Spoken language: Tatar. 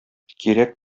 кирәк